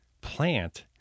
plant